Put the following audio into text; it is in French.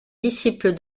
disciple